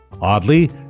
Oddly